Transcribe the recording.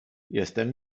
jestem